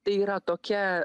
tai yra tokia